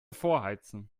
vorheizen